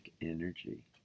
energy